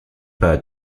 pas